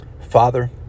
Father